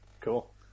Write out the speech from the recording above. Cool